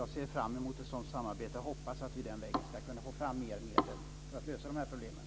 Jag ser fram emot ett sådant samarbete och hoppas att vi den vägen ska kunna få fram mer medel för att lösa de här problemen.